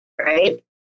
right